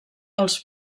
els